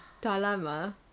Dilemma